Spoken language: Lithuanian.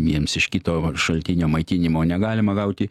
viens iš kito šaltinio maitinimo negalima gauti